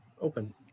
open